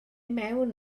mewn